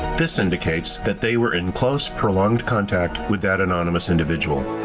this indicates that they were in close prolonged contact with that anonymous individual.